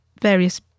various